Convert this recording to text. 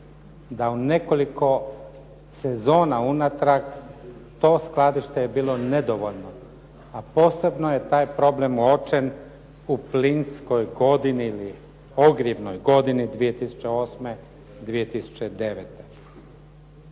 da u nekoliko sezona unatrag to skladište je bilo nedovoljno a posebno je taj problem uočen u plinskoj godini ili ogrjevnoj godini 2008./2009.